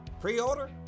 Pre-order